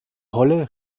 holle